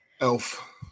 Elf